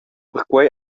perquei